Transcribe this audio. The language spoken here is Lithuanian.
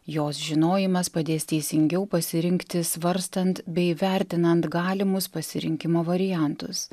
jos žinojimas padės teisingiau pasirinkti svarstant bei vertinant galimus pasirinkimo variantus